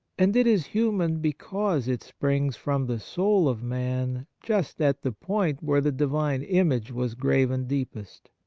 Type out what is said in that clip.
and it is human because it springs from the soul of man just at the point where the divine image was graven deepest.